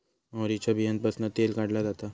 मोहरीच्या बीयांपासना तेल काढला जाता